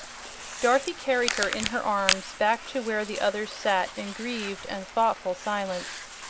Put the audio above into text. dorothy carried her in her arms back to where the others sat in grieved and thoughtful silence.